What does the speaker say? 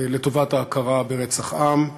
להכרה ברצח עם,